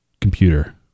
computer